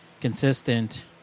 consistent